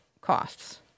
costs